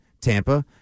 Tampa